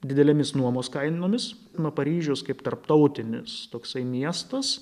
didelėmis nuomos kainomis na paryžius kaip tarptautinis toksai miestas